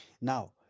Now